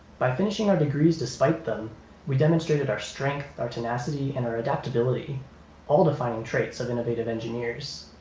by finishing our degrees despite them we demonstrated our strength our tenacity and our adaptability all defining traits of innovative engineers